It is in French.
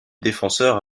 défenseur